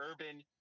urban